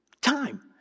Time